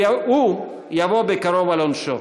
הוא יבוא בקרוב על עונשו,